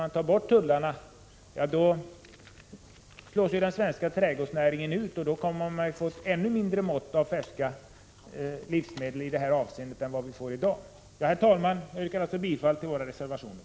Utan ett tullskydd slås ju den svenska trädgårdsnäringen ut, och då får vi ett ännu mindre mått av färska trädgårdsprodukter. Herr talman! Jag yrkar än en gång bifall till våra reservationer.